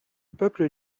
peuple